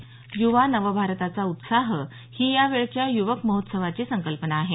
युवा नवभारताचा उत्साह ही या वेळच्या युवक महोत्सवाची संकल्पना आहे